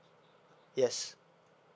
yes